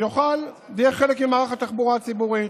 וזה יהיה חלק ממערך התחבורה הציבורית.